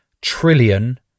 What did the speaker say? trillion